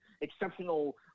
exceptional